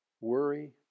worry